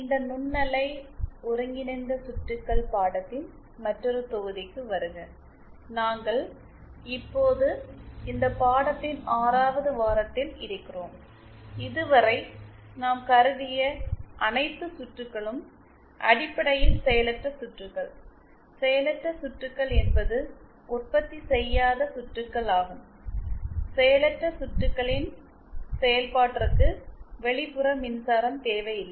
இந்த நுண்ணலை ஒருங்கிணைந்த சுற்றுகள் பாடத்தின் மற்றொரு தொகுதிக்கு வருக நாங்கள் இப்போது இந்த பாடத்தின் 6 வது வாரத்தில் இருக்கிறோம் இதுவரை நாம் கருதிய அனைத்து சுற்றுகளும் அடிப்படையில் செயலற்ற சுற்றுகள் செயலற்ற சுற்றுகள் என்பது உற்பத்தி செய்யாத சுற்றுகள் ஆகும் செயலற்ற சுற்றுகளின் செயல்பாட்டிற்கு வெளிப்புற மின்சாரம் தேவையில்லை